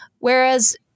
Whereas